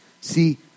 See